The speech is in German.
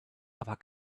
aber